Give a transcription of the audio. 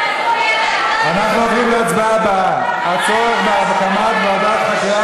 אנחנו עוברים להצבעה הבאה: הצורך בהקמת ועדת חקירה